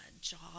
job